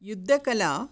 युद्धकला